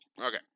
Okay